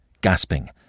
gasping